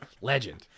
Legend